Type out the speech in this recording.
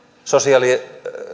sosiaali